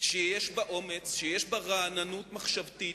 שיש בה אומץ, שיש בה רעננות מחשבתית,